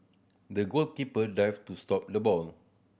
the goalkeeper dived to stop the ball